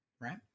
right